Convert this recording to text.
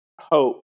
hope